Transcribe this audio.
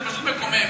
זה פשוט מקומם.